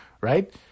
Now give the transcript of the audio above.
Right